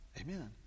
Amen